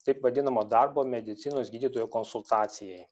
taip vadinamo darbo medicinos gydytojo konsultacijai